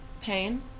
Pain